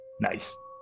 Nice